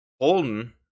Holden